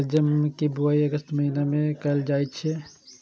शलजम के बुआइ अगस्त के महीना मे कैल जाइ छै